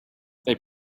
they